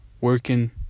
working